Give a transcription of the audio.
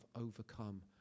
overcome